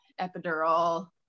epidural